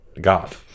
god